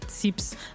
tips